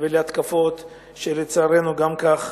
ולהתקפות שלצערנו גם כך